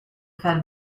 fed